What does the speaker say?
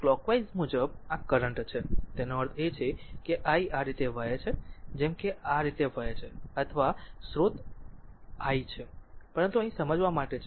તેથી એક કલોકવાઈઝ મુજબ આ કરંટ છે તેનો અર્થ એ છે કે આ i આ રીતે વહે છે જેમ કે આ રીતે વહે છે અથવા સ્ત્રોત થી i છે પરંતુ અહીં સમજવા માટે છે